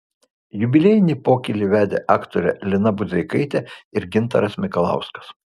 jubiliejinį pokylį vedė aktorė lina budzeikaitė ir gintaras mikalauskas